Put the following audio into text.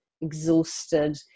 exhausted